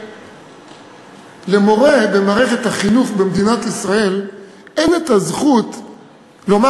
למורה במערכת החינוך במדינת ישראל אין זכות לומר,